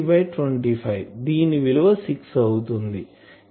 ఇది 150 బై 25 దీని విలువ 6 అవుతుంది